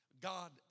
God